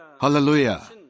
Hallelujah